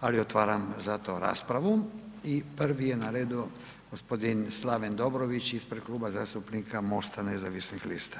ali otvaram zato raspravu i prvi je na redu gospodin Slaven Dobrović ispred Kluba zastupnika MOST-a nezavisnih lista.